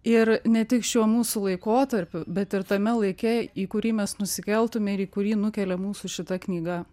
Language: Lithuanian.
ir ne tik šiuo mūsų laikotarpiu bet ir tame laike į kurį mes nusikeltume ir į kurį nukelia mūsų šita knyga